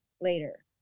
later